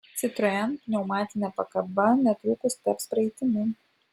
citroen pneumatinė pakaba netrukus taps praeitimi